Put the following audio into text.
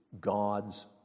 God's